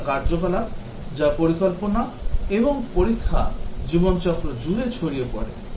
পরীক্ষার কার্যকলাপ যা পরিকল্পনা এবং পরীক্ষা জীবন চক্র জুড়ে ছড়িয়ে পড়ে